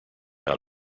out